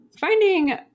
finding